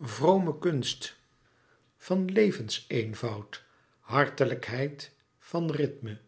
vrome kunst van levenseenvoud hartelijkheid van rythme